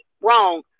Wrong